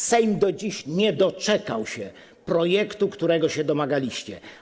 Sejm do dziś nie doczekał się projektu, którego się domagaliście.